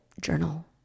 journal